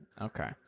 Okay